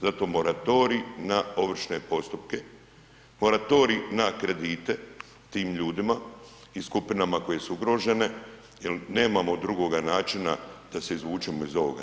Zato moratorij na ovršne postupke, moratorij na kredite tim ljudima i skupinama koje su ugrožene jel nemamo drugoga načina da se izvučemo iz ovoga.